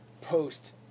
post